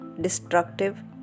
destructive